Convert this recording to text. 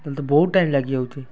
ତାହେଲେ ତ ବହୁତ ଟାଇମ୍ ଲାଗିଯାଉଛି